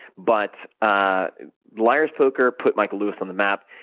but ah liar's poker put michael lewis on the map,